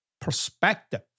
perspective